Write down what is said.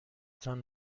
تان